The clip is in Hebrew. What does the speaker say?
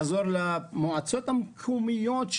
לעזור למועצות המקומיות,